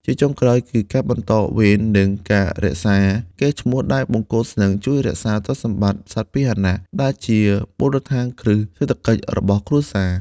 ជាចុងក្រោយគឺ ការបន្តវេន និងការរក្សាកេរ្តិ៍ឈ្មោះ ដែលបង្គោលស្នឹងជួយរក្សាទ្រព្យសម្បត្តិ (សត្វពាហនៈ) ដែលជាមូលដ្ឋានគ្រឹះសេដ្ឋកិច្ចរបស់គ្រួសារ។